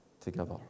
together